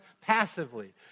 passively